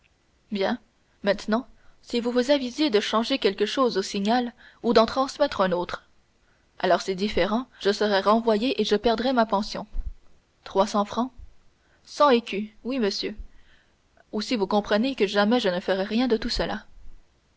bien maintenant si vous vous avisiez de changer quelque chose au signal ou d'en transmettre un autre alors c'est différent je serais renvoyé et je perdrais ma pension trois cents francs cent écus oui monsieur aussi vous comprenez que jamais je ne ferai rien de tout cela